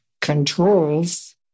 controls